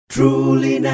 Truly